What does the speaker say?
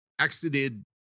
exited